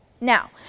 Now